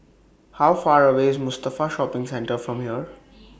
How Far away IS Mustafa Shopping Centre from here